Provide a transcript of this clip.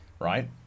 right